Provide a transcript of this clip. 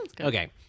Okay